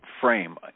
frame